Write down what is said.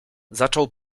zaczął